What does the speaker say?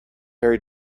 very